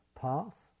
path